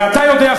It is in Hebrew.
ואתה יודע,